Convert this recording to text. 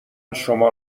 شما